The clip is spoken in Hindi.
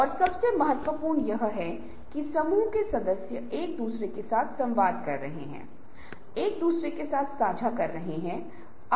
इसलिए जब आप किसी विशेष गतिविधि पर काम कर रहे होते हैं तो आप ईमेल फोन कॉल का जवाब दे रहे होते हैं